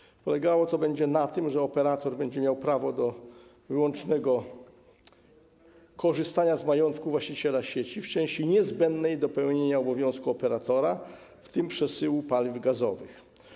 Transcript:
Będzie to polegało na tym, że operator będzie miał prawo do wyłącznego korzystania z majątku właściciela sieci w części niezbędnej do pełnienia obowiązku operatora, w tym przesyłu paliw gazowych.